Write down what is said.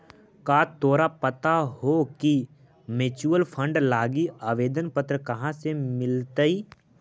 का तोरा पता हो की म्यूचूअल फंड लागी आवेदन पत्र कहाँ से मिलतई?